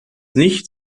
nicht